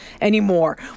anymore